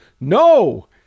no